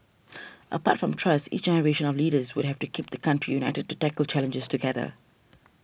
apart from trusts each generation of leaders would have to keep the country united to tackle challenges together